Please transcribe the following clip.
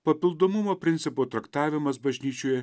papildomumo principo traktavimas bažnyčioje